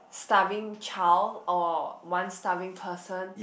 starving child or one starving person